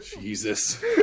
Jesus